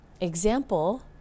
example